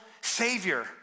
savior